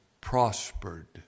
prospered